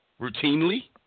routinely